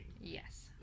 yes